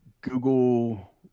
Google